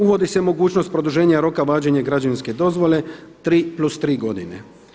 Uvodi se mogućnost produženja roka važenja građevinske dozvole 3+3 godine.